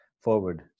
forward